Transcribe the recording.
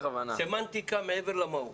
סמנטיקה מעבר למהות.